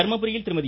தர்மபுரியில் திருமதி